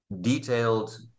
detailed